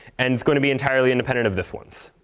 and it's going to be entirely independent of this one.